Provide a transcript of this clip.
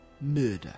Murder